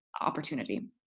opportunity